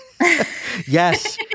yes